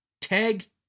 Tag